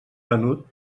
venut